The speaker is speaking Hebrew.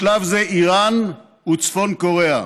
בשלב זה, איראן וצפון קוריאה.